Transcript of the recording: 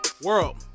world